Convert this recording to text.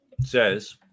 says